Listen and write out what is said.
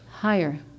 higher